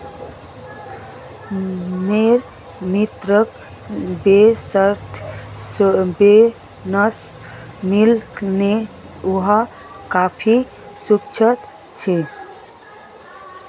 मोर मित्रक bankers bonus मिल ले वइ काफी खुश छ